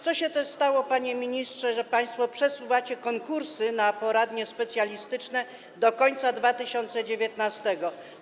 Co się też stało, panie ministrze, że państwo przesuwacie konkursy na poradnie specjalistyczne do końca 2019 r.